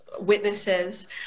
witnesses